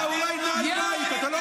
יא שפל.